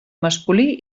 masculí